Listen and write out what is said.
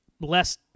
less